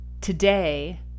today